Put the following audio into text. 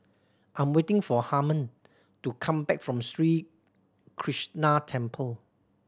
I'm waiting for Harman to come back from Sri Krishnan Temple